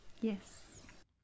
Yes